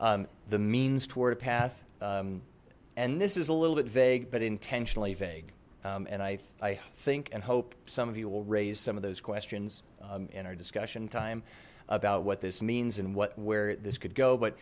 path the means toward a path and this is a little bit vague but intentionally vague and i think and hope some of you will raise some of those questions in our discussion time about what this means and what where this could go but